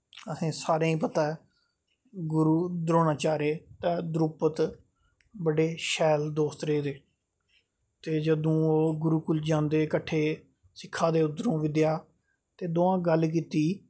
असें सारें गी पता ऐ गुरु द्रोनाचार्य ते दरुपत बड़े शैल दोस्त रेह्दे ते जदूं ओह् गुरुकुल जंदे कट्ठे सिक्खा दे उद्धरूं विद्या ते दौएं गल्ल कीती